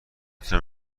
تونم